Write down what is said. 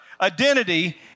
Identity